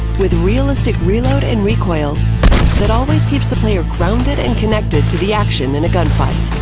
with realistic reload and recoil that always keeps the player grounded and connected to the action in a gunfight.